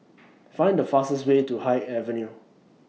Find The fastest Way to Haig Avenue